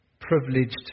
privileged